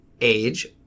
age